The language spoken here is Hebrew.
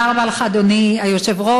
תודה רבה לך, אדוני היושב-ראש.